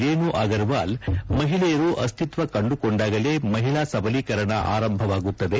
ರೇಣು ಅಗರ್ವಾಲ್ ಮಹಿಳೆಯರು ಅಸ್ತಿತ್ವ ಕಂಡುಕೊಂಡಾಗಲೇ ಮಹಿಳಾ ಸಬಲೀಕರಣ ಆರಂಭವಾಗುತ್ತದೆ